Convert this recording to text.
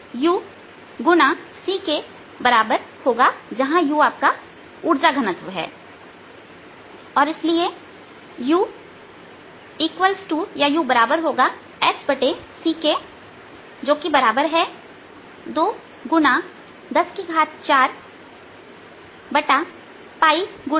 यह u x c के बराबर होगाजहां u ऊर्जा घनत्व है और इसलिए u Sc जो कि बराबर है 2x104 𝝅x3x108 जो 2 3x 𝝅10 6 जूल प्रति मीटर3 होगा